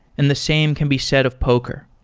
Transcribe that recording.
and the same can be said of poker.